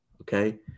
okay